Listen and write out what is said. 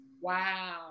wow